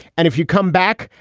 and if you come back,